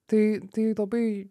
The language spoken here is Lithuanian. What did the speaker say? tai tai labai